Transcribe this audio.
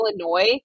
Illinois